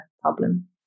problem